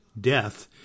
death